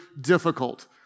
difficult